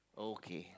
okay